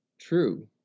true